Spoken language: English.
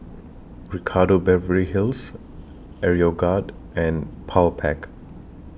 Ricardo Beverly Hills Aeroguard and Powerpac